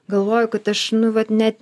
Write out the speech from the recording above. galvoju kad aš nu vat net